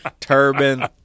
turban